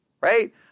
Right